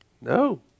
No